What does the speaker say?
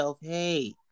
hey